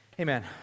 Amen